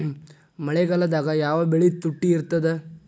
ಮಳೆಗಾಲದಾಗ ಯಾವ ಬೆಳಿ ತುಟ್ಟಿ ಇರ್ತದ?